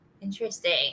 Interesting